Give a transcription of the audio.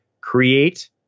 create